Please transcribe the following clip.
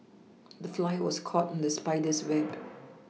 the fly was caught in the spider's web